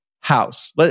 house